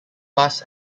bus